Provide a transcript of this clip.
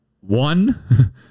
one